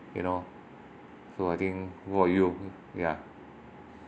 you know so I think what about you ya